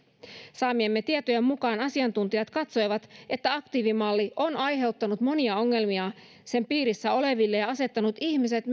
saamiemme tietojen mukaan asiantuntijat katsoivat että aktiivimalli on aiheuttanut monia ongelmia sen piirissä oleville ja myös asettanut ihmiset